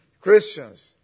Christians